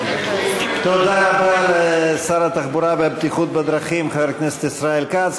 תודה רבה לשר התחבורה והבטיחות בדרכים חבר הכנסת ישראל כץ.